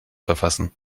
verfassen